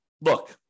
look